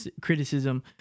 criticism